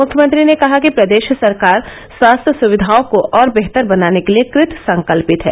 मुख्यमंत्री ने कहा कि प्रदेश सरकार स्वास्थ्य सुविधाओं को और बेहतर बनाने के लिए कृतसंकल्पित है